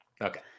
Okay